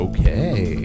Okay